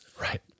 right